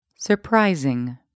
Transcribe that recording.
Surprising